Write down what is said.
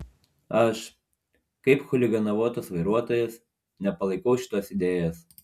aš kaip chuliganavotas vairuotojas nepalaikau šitos idėjos